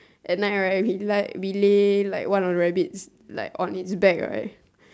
at night right he is like we lay like one of the rabbits like on it's back right